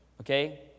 Okay